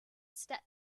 step